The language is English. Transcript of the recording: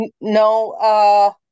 No